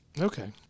Okay